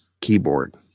keyboard